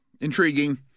Intriguing